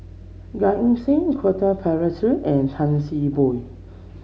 Gan Eng Seng Quentin Pereira and Tan See Boo